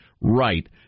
Right